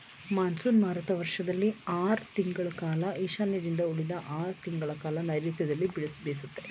monsoon ಮಾರುತ ವರ್ಷದಲ್ಲಿ ಆರ್ ತಿಂಗಳ ಕಾಲ ಈಶಾನ್ಯದಿಂದ ಉಳಿದ ಆರ್ ತಿಂಗಳಕಾಲ ನೈರುತ್ಯದಿಂದ ಬೀಸುತ್ತೆ